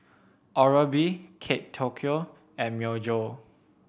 Oral B Kate Tokyo and Myojo